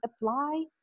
apply